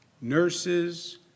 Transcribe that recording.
Nurses